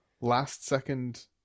last-second